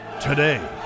Today